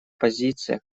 позиция